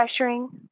pressuring